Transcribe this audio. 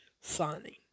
signing